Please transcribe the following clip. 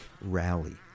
rally